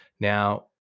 Now